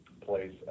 place